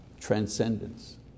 Transcendence